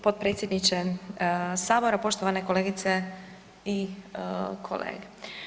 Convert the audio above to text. potpredsjedniče sabora, poštovane kolegice i kolege.